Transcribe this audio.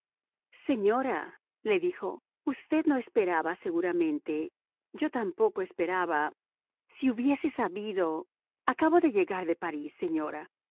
pensamientos señora le dijo usted no esperaba seguramente yo tampoco esperaba si hubiese sabido acabo de llegar de parís señora